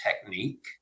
technique